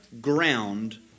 ground